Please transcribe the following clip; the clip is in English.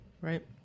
Right